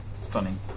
Stunning